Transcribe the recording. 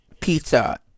pizza